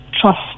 trust